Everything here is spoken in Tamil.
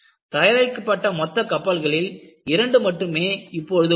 தயாரிக்கப்பட்ட மொத்த கப்பல்களில் இரண்டு மட்டுமே இப்பொழுது உள்ளது